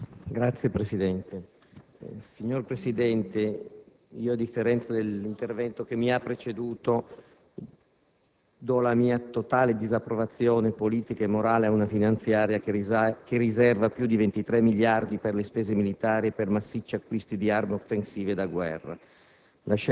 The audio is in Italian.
*(Misto-SC)*. Signor Presidente, a differenza del collega che mi ha preceduto, do la mia totale disapprovazione politica e morale ad una finanziaria che riserva più di 23 miliardi per le spese militari e per massicci acquisti di armi offensive da guerra.